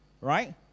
right